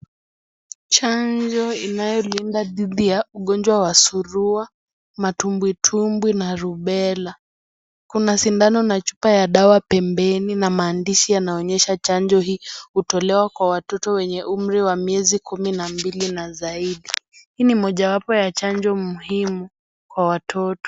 Chanjo inayolinda dhidi ya ugonjwa wa surua, matumbwitumbwi na rubella . Kuna sindano na chupa ya dawa pembeni na maandishi yanaonyesha chanjo hii hutolewa kwa watoto wenye umri wa miezi kumi na mbili na zaidi. Hii ni mojawapo ya chanjo muhimu kwa watoto.